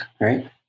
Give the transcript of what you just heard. right